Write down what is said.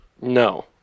No